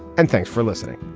and thanks for listening